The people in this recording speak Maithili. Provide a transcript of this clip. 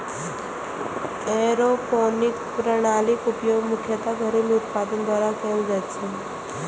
एयरोपोनिक प्रणालीक उपयोग मुख्यतः घरेलू उत्पादक द्वारा कैल जाइ छै